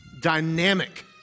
dynamic